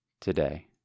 today